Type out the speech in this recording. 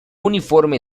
uniforme